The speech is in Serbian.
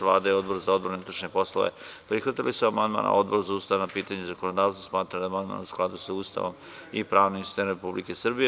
Vlada i Odbor za odbranu i unutrašnje poslove prihvatili su amandman, a Odbor za ustavna pitanja i zakonodavstvo smatra da je amandmanu skladu sa Ustavom i pravnim sistemom Republike Srbije.